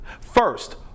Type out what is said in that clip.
First